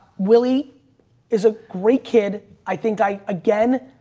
willie is a great kid. i think i, again,